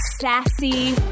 sassy